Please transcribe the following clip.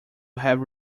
have